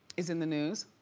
is in the news.